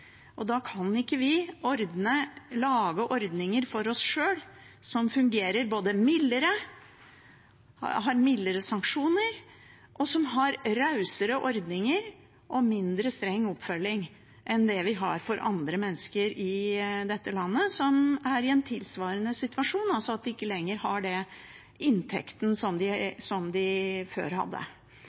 og da kan ikke vi lage ordninger for oss sjøl som både fungerer mildere, har mildere sanksjoner, og som har rausere ordninger og mindre streng oppfølging enn det vi har for andre mennesker i dette landet som er i en tilsvarende situasjon, altså at de ikke lenger har den inntekten som de før hadde.